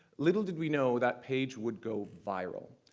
little did we know that page would go viral.